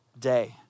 day